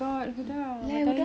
semua nak seh